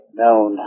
known